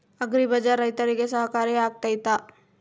Agri bazaar ರೈತರಿಗೆ ಸಹಕಾರಿ ಆಗ್ತೈತಾ?